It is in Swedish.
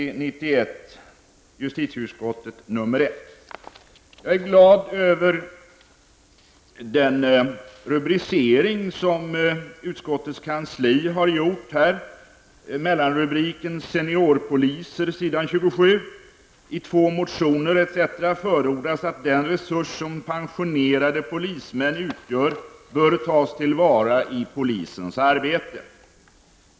Jag är glad över den rubricering som utskottets kansli har gjort. Under mellanrubriken ''Seniorpoliser'' står det: ''I två motioner -- förordas att den resurs som pensionerade polismän utgör bör tas till vara i polisens arbete.''